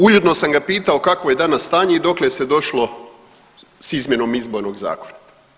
Ujedno sam ga pitao kakvo je danas stanje i dokle se došlo s izmjenom Izbornog zakona.